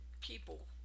people